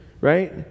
right